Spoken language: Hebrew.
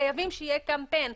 חייבים שיהיה קמפיין.